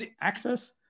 access